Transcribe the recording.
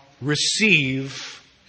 receive